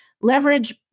Leverage